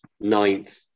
ninth